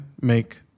make